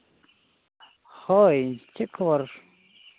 ᱦᱳᱭ ᱪᱮᱫ ᱠᱷᱚᱵᱚᱨ